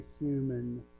human